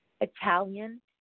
Italian